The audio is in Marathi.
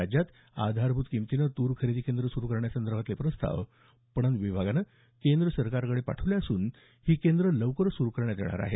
राज्यात आधारभूत किंमतीनं तूर खरेदी केंद्र सुरु करण्यासंदर्भातले प्रस्ताव पणन विभागानं केंद्र सरकारकडे पाठवला असून ही केंद्रं लवकरच सुरु करण्यात येणार आहे